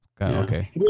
Okay